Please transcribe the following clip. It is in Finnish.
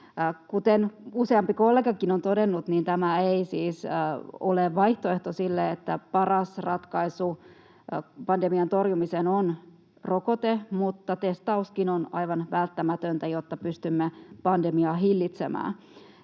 Kuten useampi kollegakin on todennut, niin tämä ei siis ole vaihtoehto vaan paras ratkaisu pandemian torjumiseen on rokote, mutta testauskin on aivan välttämätöntä, jotta pystymme pandemiaa hillitsemään.